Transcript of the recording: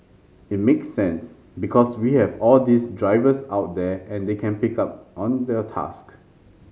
it makes sense because we have all these drivers out there and they can pick up on their task